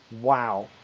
wow